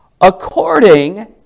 according